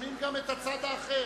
ששומעים גם את הצד האחר.